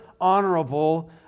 honorable